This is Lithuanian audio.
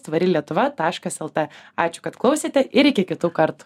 tvari lietuva taškas lt ačiū kad klausėte ir iki kitų kartų